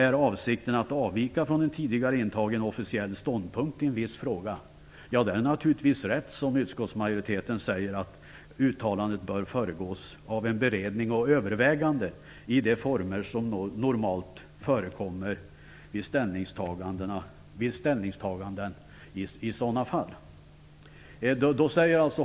Är avsikten att avvika från en tidigare intagen officiell ståndpunkt i en viss fråga är det naturligtvis rätt att, som utskottsmajoriteten säger, uttalandet bör föregås av en beredning och övervägande i de former som normalt förekommer vid ställningstaganden i sådana fall.